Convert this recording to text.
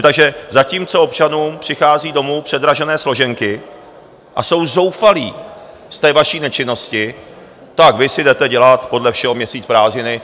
Takže zatímco občanům přichází domů předražené složenky a jsou zoufalí z té vaší nečinnosti, tak vy si jdete dělat podle všeho měsíc prázdnin.